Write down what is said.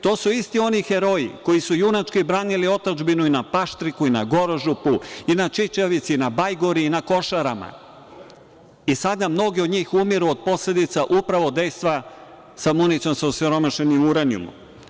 To su isti oni heroji koji su junački branili otadžbinu i na Paštriku, i na Gorožupu, i na Čičevici, i na Bajgori, i na Košarama i sada mnogi od njih umiru od posledica dejstva municije sa osiromašenim uranijom.